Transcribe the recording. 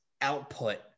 output